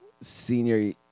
senior